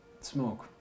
Smoke